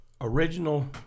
original